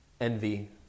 envy